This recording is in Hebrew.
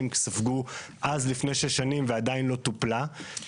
אנחנו בתחילת הדרך התחלנו בפורום עם 6 חברים.